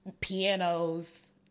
pianos